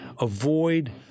avoid